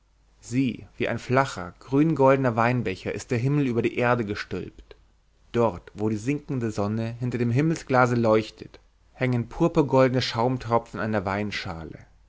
sieh wie ein flacher grüngoldner weinbecher ist der himmel über die erde gestülpt dort wo die sinkende sonne hinter dem himmelsglase leuchtet hängen purpurgoldne schaumtropfen an der